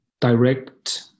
direct